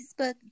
Facebook